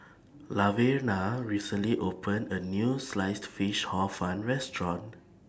Laverna recently opened A New Sliced Fish Hor Fun Restaurant